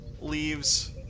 Leaves